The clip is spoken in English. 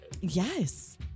Yes